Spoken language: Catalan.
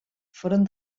foren